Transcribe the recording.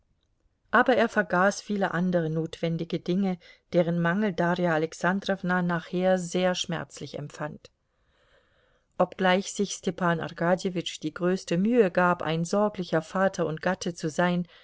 aber er vergaß viele andere notwendige dinge deren mangel darja alexandrowna nachher sehr schmerzlich empfand obgleich sich stepan arkadjewitsch die größte mühe gab ein sorglicher vater und gatte zu sein